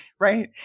Right